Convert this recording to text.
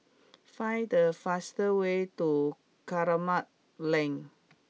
find the fast way to Kramat Lane